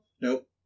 Nope